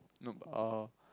nope uh